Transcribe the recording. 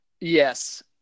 yes